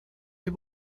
dem